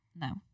no